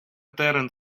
терен